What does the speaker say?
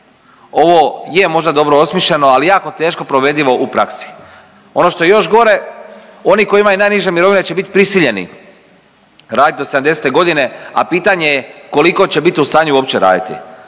Ovo je možda dobro osmišljeno, ali jako teško provedivo u praksi. Ono što je još gore oni koji imaju najniže mirovine će biti prisiljeni raditi do 70 godina, a pitanje je koliko će biti u stanju uopće raditi